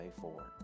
forward